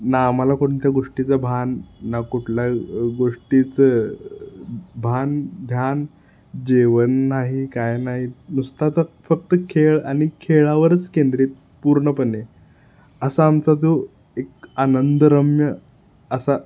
ना आम्हाला कोणत्या गोष्टीचं भान ना कुठल्या गोष्टीचं भान ध्यान जेवण नाही काय नाही नुसताच आत फक्त खेळ आणि खेळावरच केंद्रित पूर्णपणे असा आमचा जो एक आनंदरम्य असा